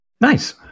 Nice